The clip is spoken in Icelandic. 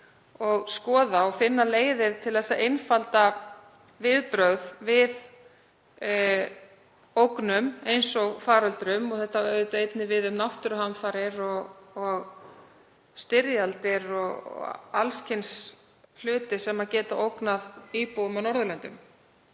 og skoða og finna leiðir til að einfalda viðbrögð við ógnum eins og faröldrum. Það á auðvitað einnig við um náttúruhamfarir og styrjaldir og alls kyns hluti sem geta ógnað íbúum á Norðurlöndum.